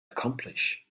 accomplish